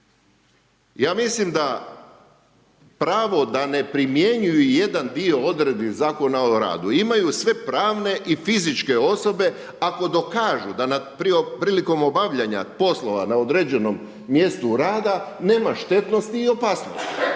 Ja mislim da pravo da ne primjenjuju jedan dio odredbi Zakona o radu, imaju sve pravne i fizičke osobe ako dokažu da prilikom obavljanja poslova na određenom mjestu rada nema štetnosti i opasnosti.